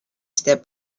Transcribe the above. step